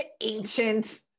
ancient